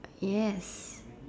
yes